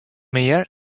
mear